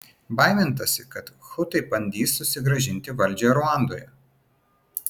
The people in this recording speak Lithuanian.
baimintasi kad hutai bandys susigrąžinti valdžią ruandoje